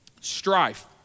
strife